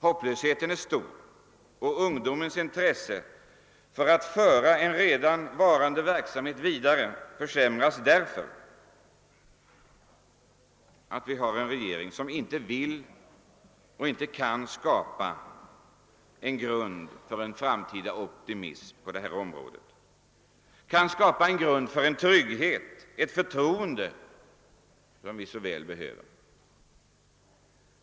Hopplösheten är stor, och ungdomens intresse av att föra en redan i gång varande verksamhet vidare försämras därför att vi har en regering som inte vill och inte kan skapa en grund för en framtida optimism på detta område, en grund för den trygghet och det förtroende som vi så väl behöver.